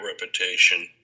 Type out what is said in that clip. reputation